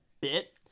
bit